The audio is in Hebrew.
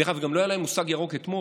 דרך אגב, גם לא היה להם מושג ירוק אתמול